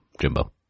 Jimbo